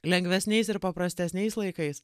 lengvesniais ir paprastesniais laikais